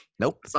Nope